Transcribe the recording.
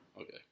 Okay